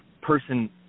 person